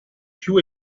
più